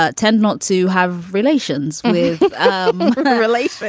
ah tend not to have relations with relief,